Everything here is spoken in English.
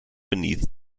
beneath